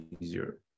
easier